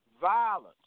violence